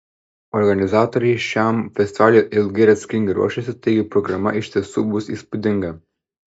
organizatoriai šiam festivaliui ilgai ir atsakingai ruošėsi taigi programa iš tiesų bus įspūdinga